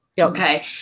Okay